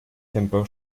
tempo